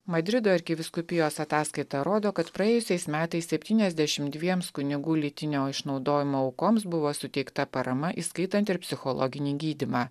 madrido arkivyskupijos ataskaita rodo kad praėjusiais metais septyniasdešim dviems kunigų lytinio išnaudojimo aukoms buvo suteikta parama įskaitant ir psichologinį gydymą